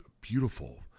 beautiful